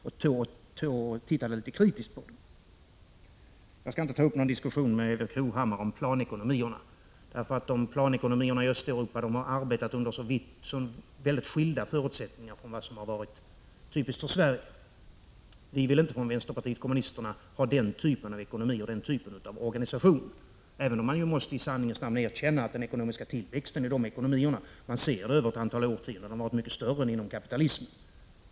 Jag skall inte ta upp någon diskussion med Erik Hovhammar om planekonomierna, eftersom planekonomierna i Östeuropa har arbetat under så väldigt skilda förutsättningar i jämförelse med vad som har varit typiskt för Sverige. Vi i vänsterpartiet kommunisterna vill inte ha den typen av ekonomi och organisation, även om man i sanningens namn måste erkänna att den ekonomiska tillväxten i de ekonomierna, om man ser den över ett antal årtionden, har varit mycket större än inom kapitalismen.